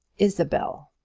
isabel.